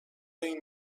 این